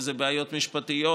זה בעיות משפטיות,